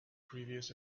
previous